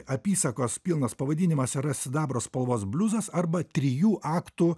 apysakos pilnas pavadinimas yra sidabro spalvos bliuzas arba trijų aktų